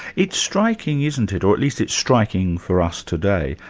it's striking, isn't it, or at least it's striking for us today,